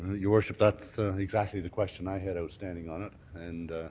your worship. that's exactly the question i had outstanding on it and